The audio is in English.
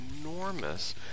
enormous